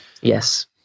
Yes